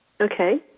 Okay